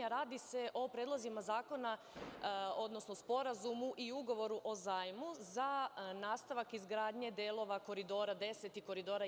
Naime, radi se o Predlozima zakona, odnosno Sporazumu i Ugovoru o zajmu za nastavak izgradnje delova Koridora 10 i Koridora 11.